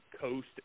Coast